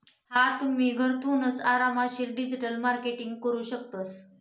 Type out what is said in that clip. हा तुम्ही, घरथूनच आरामशीर डिजिटल मार्केटिंग करू शकतस